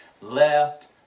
Left